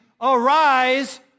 Arise